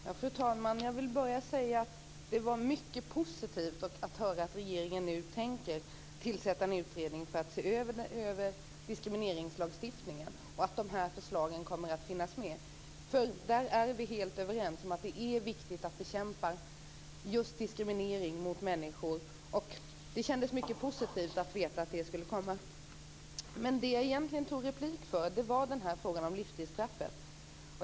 Fru talman! Jag vill bara säga att det var mycket positivt att höra att regeringen nu tänker tillsätta en utredning för översyn av diskrimineringslagstiftningen, där de här förslagen kommer att finnas med. Vi är helt överens om att det är viktigt att bekämpa diskriminering av människor. Det som jag egentligen begärde replik för var frågan om livstidsstraffet.